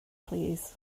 plîs